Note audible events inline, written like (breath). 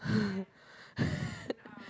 (breath) (laughs)